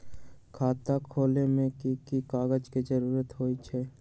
खाता खोले में कि की कागज के जरूरी होई छइ?